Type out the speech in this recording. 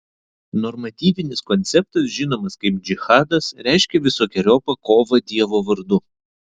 normatyvinis konceptas žinomas kaip džihadas reiškia visokeriopą kovą dievo vardu